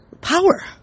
power